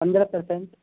پندرہ پرسینٹ